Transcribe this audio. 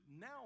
now